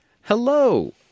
Hello